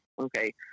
Okay